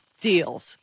deals